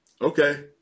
okay